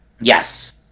yes